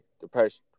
depression